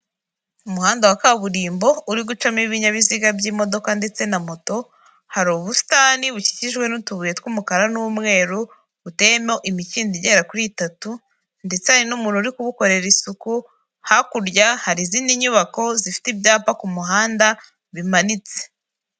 Umuhanda wa kaburimbo uri gucamo ibinyabiziga by'imodoka ndetse na moto, hari ubusitani bukikijwe n'utubuye tw'umukara n'umweru buteyemo imikindo igera kuri itatu ndetse hari n'umuntu uri kubukorera isuku, hakurya hari izindi nyubako zifite ibyapa ku muhanda bimanitse.